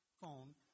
phone